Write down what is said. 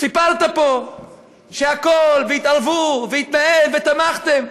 סיפרת פה שהכול, והתערבו, והתנהל, ותמכתם,